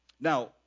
Now